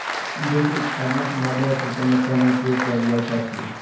दूध उत्पादनक मध्य अफ्रीका मे कम उपयोग कयल जाइत अछि